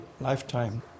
lifetime